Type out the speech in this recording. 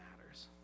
matters